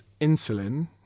insulin